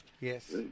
Yes